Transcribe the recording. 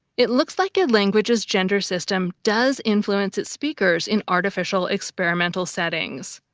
it looks like a language's gender system does influence its speakers in artificial experimental settings,